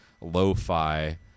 lo-fi